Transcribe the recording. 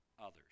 others